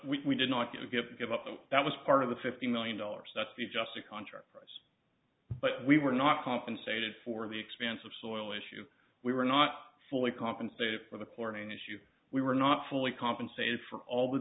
to we did not give give give up so that was part of the fifty million dollars that's the just a contract price but we were not compensated for the expense of soil issue we were not fully compensated for the corning issue we were not fully compensated for all the